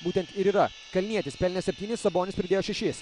būtent ir yra kalnietis pelnė septynis sabonis pridėjo šešis